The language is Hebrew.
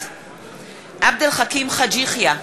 בעד עבד אל חכים חאג' יחיא,